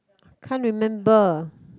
can't remember